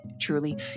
truly